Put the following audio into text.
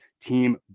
team